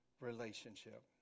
relationship